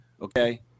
Okay